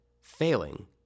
failing